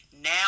Now